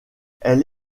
elle